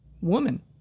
woman